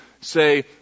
say